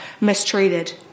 mistreated